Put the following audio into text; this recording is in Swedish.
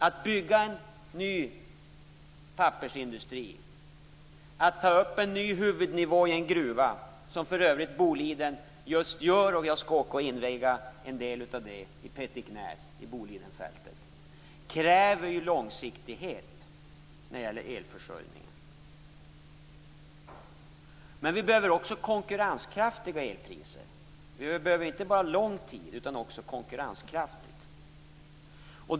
Att bygga en ny pappersindustri och att ta upp en ny huvudnivå i en gruva, vilket Boliden för övrigt just gör - jag skall åka och inviga en del av detta i Petiknäs i Bolidenfältet - kräver långsiktighet när det gäller elförsörjningen. Men vi behöver också konkurrenskraftiga elpriser. Vi behöver inte bara långsiktighet, utan priserna skall också vara konkurrenskraftiga.